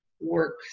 work